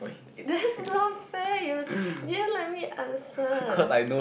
that's not fair you didn't let me answer